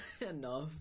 Enough